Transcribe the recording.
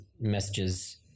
messages